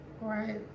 Right